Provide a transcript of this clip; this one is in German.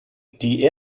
die